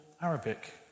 Arabic